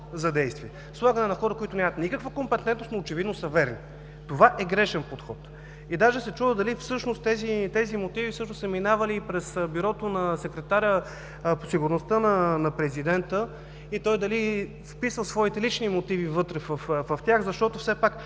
за действие – слагане на хора, които нямат никаква компетентност, но очевидно са „верни“. Това е грешен подход и даже се чудя дали всъщност тези мотиви са минавали през бюрото на секретаря по сигурността на президента и дали той е вписал своите лични мотиви вътре в тях, защото все пак